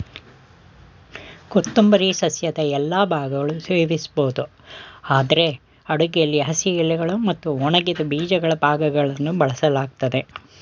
ಕೊತ್ತಂಬರಿ ಸಸ್ಯದ ಎಲ್ಲಾ ಭಾಗಗಳು ಸೇವಿಸ್ಬೋದು ಆದ್ರೆ ಅಡುಗೆಲಿ ಹಸಿ ಎಲೆಗಳು ಮತ್ತು ಒಣಗಿದ ಬೀಜಗಳ ಭಾಗಗಳನ್ನು ಬಳಸಲಾಗ್ತದೆ